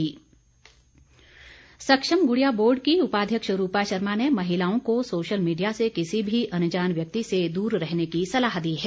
ग्डिया board सक्षम ग्रंडिया board की उपाध्यक्ष रूपा शर्मा ने महिलाओं को सोशल मीडिया से किसी भी अनजान व्यक्ति से दूर रहने की सलाह दी है